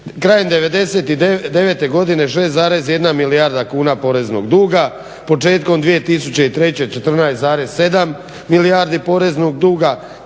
krajem 1999. godine 6,1 milijarda kuna poreznog duga, početkom 2003. 14,7 milijardi poreznog duga,